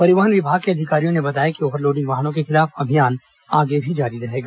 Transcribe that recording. परिवहन विभाग के अधिकारियों ने बताया कि ओव्हरलोडिंग वाहनों के खिलाफ अभियान आगे भी जारी रहेगा